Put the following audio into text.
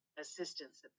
assistance